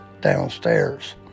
downstairs